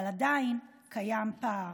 אבל עדיין קיים פער.